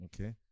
Okay